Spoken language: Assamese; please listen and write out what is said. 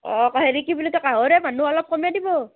অঁ হেৰি কি বুলি কয় গাঁৱৰে মানুহ অলপ কমাই দিব